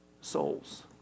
souls